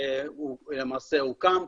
שלמעשה כבר הוקם,